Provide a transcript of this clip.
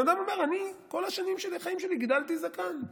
בן אדם אומר: אני כל החיים שלי גידלתי זקן,